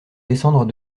descendre